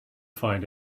find